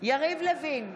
יריב לוין,